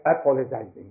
apologizing